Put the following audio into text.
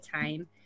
time